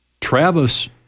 Travis